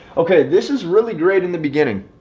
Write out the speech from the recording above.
okay, this is really great in the beginning,